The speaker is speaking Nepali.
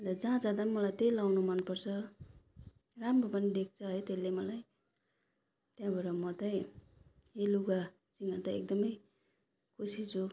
अन्त जहाँ जाँदा मलाई त्यही लगाउनु मन पर्छ राम्रो पनि देख्छ है त्यसले मलाई त्यहाँबाट म चाहिँ यो लुगा चाहिँ एकदम खुसी छु